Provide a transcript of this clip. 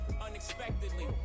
Unexpectedly